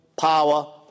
power